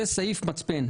זה סעיף מצפן.